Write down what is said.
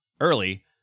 early